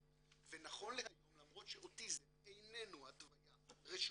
ונכון להיום למרות שאוטיזם איננו התוויה רשומה,